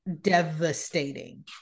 devastating